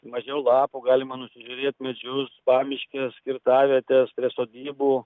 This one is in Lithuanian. mažiau lapų galima nusižiūrėt medžius pamiškes kirtavietes prie sodybų